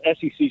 SEC